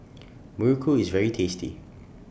Muruku IS very tasty